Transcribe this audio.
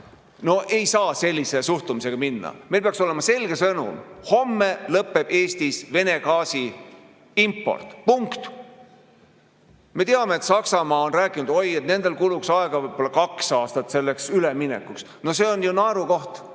No ei saa sellise suhtumisega minna! Meil peaks olema selge sõnum: homme lõpeb Eestis Vene gaasi import. Punkt. Me teame, et Saksamaa on rääkinud, et nendel kuluks aega võib-olla kaks aastat selleks üleminekuks. See on ju naerukoht!